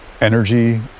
energy